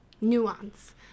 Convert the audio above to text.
nuance